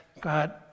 God